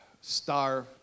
star